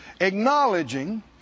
acknowledging